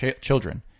children